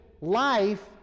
life